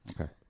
Okay